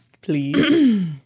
please